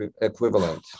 equivalent